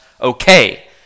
okay